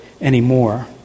anymore